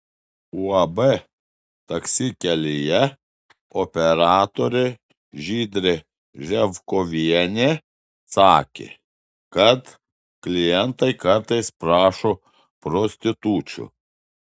uab taksi kelyje operatorė žydrė ževkovienė sakė kad klientai kartais prašo prostitučių